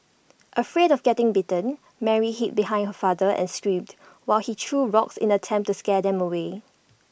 afraid of getting bitten Mary hid behind her father and screamed while he threw rocks in an attempt to scare them away